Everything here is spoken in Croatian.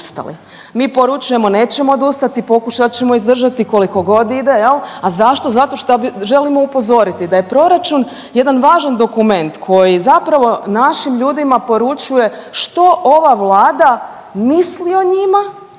Mi poručujemo, nećemo odustati, pokušat ćemo izdržati koliko god ide, je li, a zašto? Zato što želimo upozoriti da je proračun jedan važan dokument koji zapravo našim ljudima poručuje što ova Vlada misli o njima